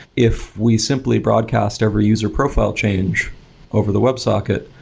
if we simply broadcast every user profile change over the web socket,